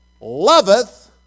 loveth